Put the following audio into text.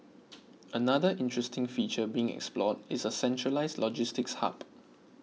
another interesting feature being explored is a centralised logistics hub